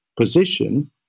position